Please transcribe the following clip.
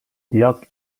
lloc